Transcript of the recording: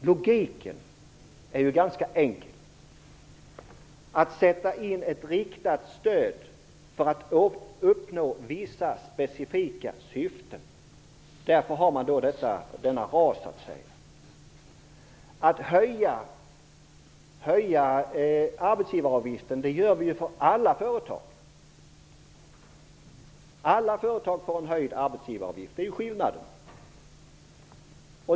Logiken är ganska enkel: RAS är till för att just sätta in ett riktat stöd för att uppnå vissa specifika syften. Alla företag får höjd arbetsgivaravgift. Det är det som är skillnaden.